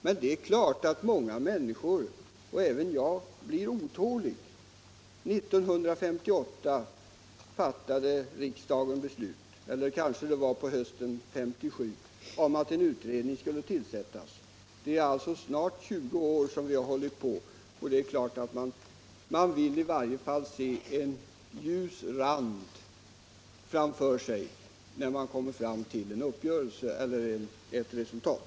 Men det är klart att många människor och även jag blir otåliga. År 1958 — eller om det var på hösten 1957 — fattade riksdagen beslut om att utredningen skulle tillsättas. Det är alltså snart 20 år som vi har arbetat med dessa frågor, och det är klart att man i varje fall vill se någon ljusning skymta i samband med att ett resultat eller en uppgörelse nås.